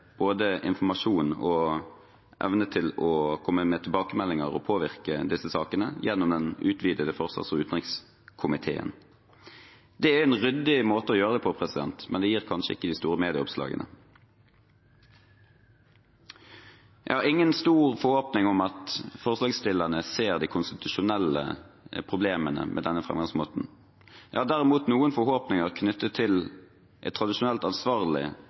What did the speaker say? både når det gjelder informasjon og evne til å komme med tilbakemeldinger og påvirke disse sakene, gjennom den utvidede forsvars- og utenrikskomiteen. Det er en ryddig måte å gjøre det på, men det gir kanskje ikke de store medieoppslagene. Jeg har ingen store forhåpninger om at forslagsstillerne ser de konstitusjonelle problemene med denne framgangsmåten. Jeg har derimot noen forhåpninger knyttet til et tradisjonelt ansvarlig